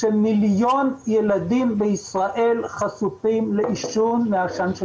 שמיליון ילדים בישראל חשופים לעישון מעשן של